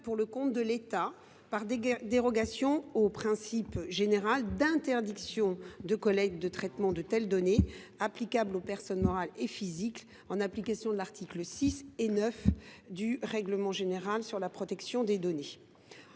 pour le compte de l’État, par dérogation au principe général d’interdiction de collecte et de traitement de telles données applicable aux personnes morales et physiques, en application de l’article 6 de la loi précitée et de l’article 9 du règlement général sur la protection des données